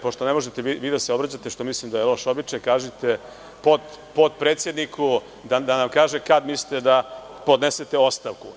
Pošto vi ne možete da se obraćate, što mislim da je loš običaj, kažite podpredsedniku da nam kaže kada mislite da podnesete ostavku.